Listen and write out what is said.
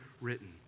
written